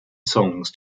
songs